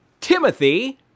Timothy